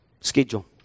Schedule